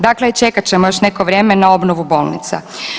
Dakle, čekat ćemo još neko vrijeme na obnovu bolnica.